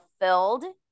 fulfilled